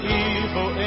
evil